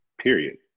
period